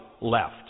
left